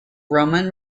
roman